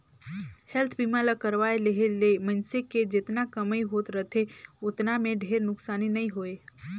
health बीमा ल करवाये लेहे ले मइनसे के जेतना कमई होत रथे ओतना मे ढेरे नुकसानी नइ होय